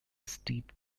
steep